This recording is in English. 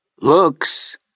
Looks